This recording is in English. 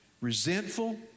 resentful